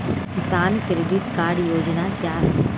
किसान credit card योजना क्या है?